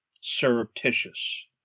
surreptitious